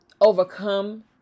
overcome